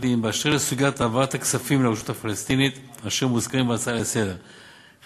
באשר לסוגיית העברת הכספים אשר מוזכרים בהצעה לסדר-היום לרשות